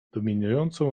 dominującą